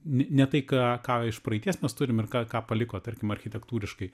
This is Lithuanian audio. ne ne tai ką ką iš praeities mes turim ir ką ką paliko tarkim architektūriškai